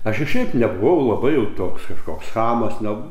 aš ir šiaip nebuvau labai jau toks kažkoks chamas ne